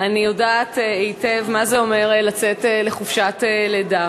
אני יודעת היטב מה זה אומר לצאת לחופשת לידה,